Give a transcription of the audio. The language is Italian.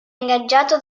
ingaggiato